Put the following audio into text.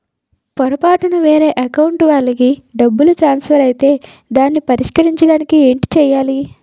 పొరపాటున వేరే అకౌంట్ వాలికి డబ్బు ట్రాన్సఫర్ ఐతే దానిని పరిష్కరించడానికి ఏంటి చేయాలి?